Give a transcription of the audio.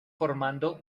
formando